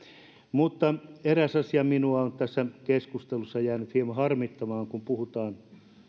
mutta eräs asia minua on tässä keskustelussa jäänyt hieman harmittamaan kun puhutaan